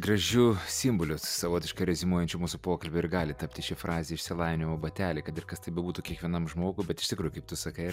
gražiu simboliu savotiškai reziumuojančiu mūsų pokalbį ir gali tapti ši frazė išsilavinimo bateliai kad ir kas tai bebūtų kiekvienam žmogui bet iš tikro kaip tu sakai